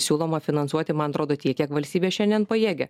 siūloma finansuoti man atrodo tiek kiek valstybė šiandien pajėgia